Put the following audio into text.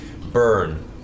burn